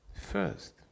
First